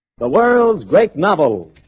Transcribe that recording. the world's great novel